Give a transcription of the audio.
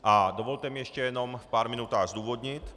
A dovolte mi ještě jenom v pár minutách zdůvodnit.